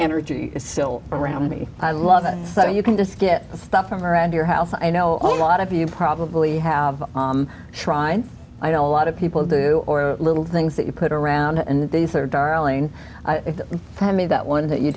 energy is still around me i love it so you can just get stuff from around your house i know a lot of you probably have tried i don't lot of people do or little things that you put around and these are darling i mean that one that you